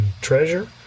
treasure